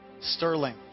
Sterling